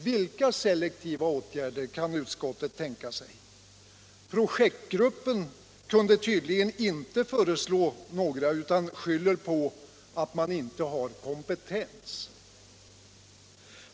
Vilka selektiva åtgärder kan utskottet tänka sig? Projektgruppen kunde tydligen inte föreslå några, utan skyller på att man inte har kompetens.